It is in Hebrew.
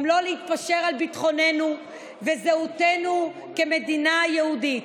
גם לא להתפשר על ביטחוננו ועל זהותנו כמדינה יהודית.